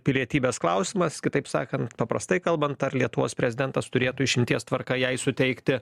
pilietybės klausimas kitaip sakant paprastai kalbant ar lietuvos prezidentas turėtų išimties tvarka jai suteikti